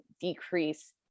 decrease